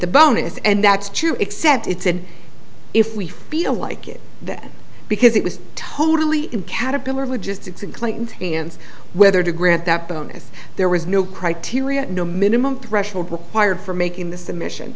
the bonus and that's true except it's in if we feel like it that because it was totally in caterpillar logistics and clinton's hands whether to grant that bonus there was no criteria no minimum threshold required for making the submission